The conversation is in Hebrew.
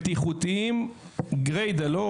אני מדבר רק על פרויקטים בטיחותיים גרידא,